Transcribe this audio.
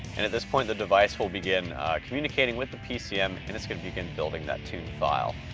and, at this point, the device will begin communicating with the pcm and it's gonna begin building that tune file.